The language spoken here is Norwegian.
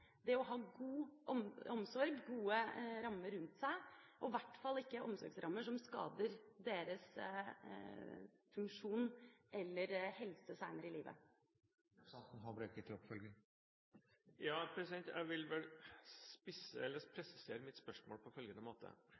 ha en god omsorg, ha gode rammer rundt seg, og i hvert fall ikke omsorgsrammer som skader deres funksjon eller helse senere i livet. Jeg vil vel presisere mitt spørsmål på følgende måte: